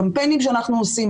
קמפיינים שאנחנו עושים,